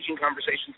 conversations